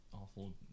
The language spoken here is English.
awful